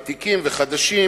ותיקים וחדשים,